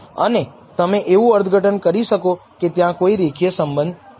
અને તમે એવું અર્થઘટન કરી શકો કે ત્યાં કોઈ રેખીય સંબંધ છે